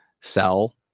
sell